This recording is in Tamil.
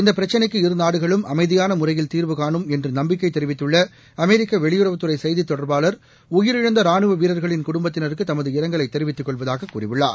இந்தப் பிரச்சினைக்கு இருநாடுகளும் அமைதியான முறையில் தீர்வு காணும் என்று நம்பிக்கை தெரிவித்துள்ள அமெரிக்க வெளியுறவுத்துறை செய்தி தொடர்பாளர் உயிரிழந்த ராணுவ வீரர்களின் குடும்பத்தினருக்கு தமது இரங்கலை தெரிவித்துக் கொள்வதாக கூறியுள்ளார்